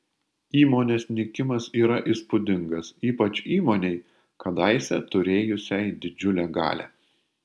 įmonės nykimas yra įspūdingas ypač įmonei kadaise turėjusiai didžiulę galią